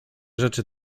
rzeczy